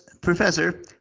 Professor